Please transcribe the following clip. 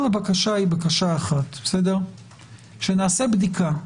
כל הבקשה היא בקשה אחת, שנעשה בדיקה,